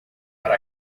para